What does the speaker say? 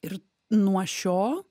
ir nuo šio